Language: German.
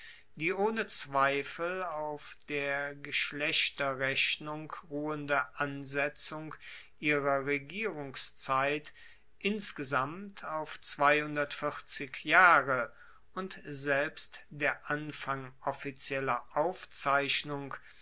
die ohne zweifel auf der geschlechterrechnung ruhende ansetzung ihrer regierungszeit insgesamt auf jahre und selbst der anfang offizieller aufzeichnung